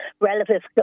relatives